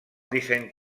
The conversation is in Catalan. disseny